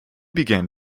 began